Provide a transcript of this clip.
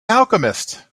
alchemist